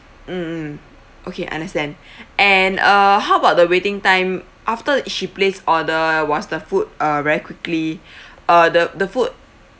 mm mm okay understand and uh how about the waiting time after she placed order was the food uh very quickly uh the the food